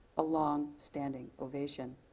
a long standing ovation.